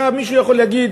מישהו יכול להגיד: